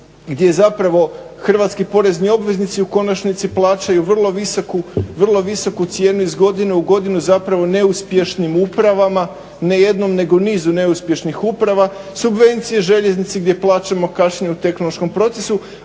gdje zapravo hrvatski porezni obveznici u konačnici plaćaju vrlo visoku cijenu iz godine u godinu zapravo neuspješnim upravama ne jednom nego nizu neuspješnih uprava, subvencije željeznici gdje plaćamo kašnjenje u tehnološkom procesu,